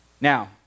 Now